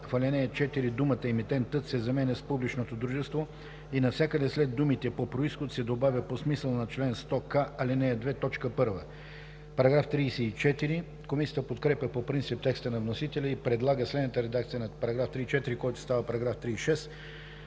В ал. 4 думата „емитентът“ се заменя с „публичното дружество“ и навсякъде след думите „по произход“ се добавя „по смисъла на чл. 100к, ал. 2, т. 1“ .“ Комисията подкрепя по принцип текста на вносителя и предлага следната редакция на § 34, който става § 36: „§ 36.